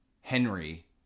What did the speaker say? Henry